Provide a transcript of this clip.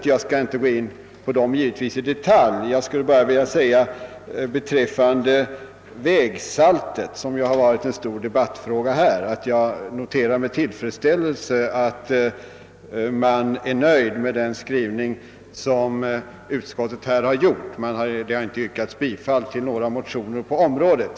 Jag skall givetvis inte gå in på dem i detalj utan vill endast beträffande vägsaltet, som ju varit en stor debattfråga, säga att jag med tillfredsställelse noterar att motionärerna är nöjda med utskottets skrivning; det har inte yrkats bifall till några av motionerna i frågan.